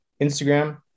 Instagram